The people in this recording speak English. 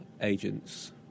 agents